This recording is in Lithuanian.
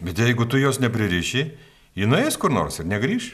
bet jeigu tu jos nepririši ji nueis kur nors ir negrįš